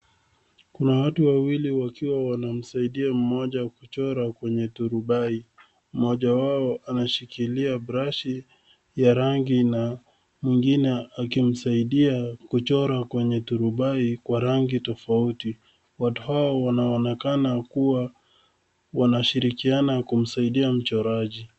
Kuna watu wawili wakiwa wanamsaidia mmoja kuchora kwenye turubai. Mmoja wao ameshikilia brush ya rangi na mwingine akimsaidia kuchora kwenye turubai kwa rangi tofauti. Watu hawa wanaonekana kuwa wanashirikiana kumsaidia mchoraji.